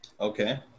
okay